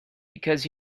because